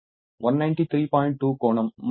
2 degree వస్తుంది